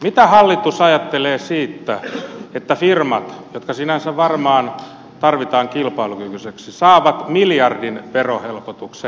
mitä hallitus ajattelee siitä että firmat jotka sinänsä varmaan tarvitaan kilpailukykyiseksi saavat miljardin verohelpotuksen